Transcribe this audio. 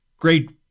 great